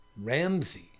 Ramsey